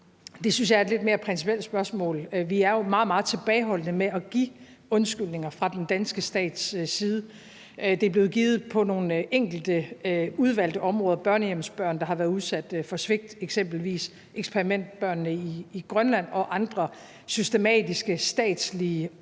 synes jeg er et lidt mere principielt spørgsmål. Vi er jo meget, meget tilbageholdende med at give undskyldninger fra den danske stats side. Det er blevet givet på nogle enkelte udvalgte områder – til børnehjemsbørn, der har været udsat for svigt eksempelvis, til eksperimentbørnene i Grønland og ved andre systematiske statslige overgreb.